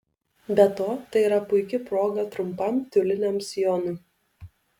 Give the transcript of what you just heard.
be to tai yra puiki proga trumpam tiuliniam sijonui